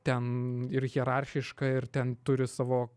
ten ir hierarchiška ir ten turi savo